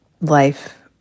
life